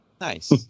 Nice